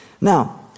Now